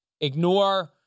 ignore